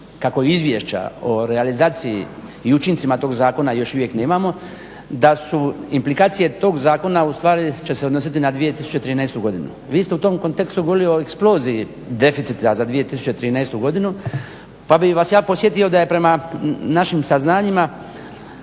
kako izvješća o realizaciji i učincima toga zakona još uvijek nemamo, da su implikacije tog zakona ustvari će se odnositi na 2013.godinu. Vi ste u tom kontekstu govorili o eksploziji deficita za 2013.godinu pa bih vas ja podsjetio da je prema našim saznanjima